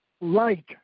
light